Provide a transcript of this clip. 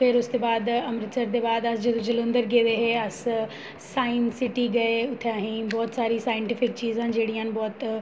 फिर उसदे बाद अमृतसर दे बाद अस जदूं जलंधर गेदे हे अस साईंस सिटी गे उत्थै अ'हेंई बहुत सारी साईंटिफिक चीजां जेह्ड़ियां न बहुत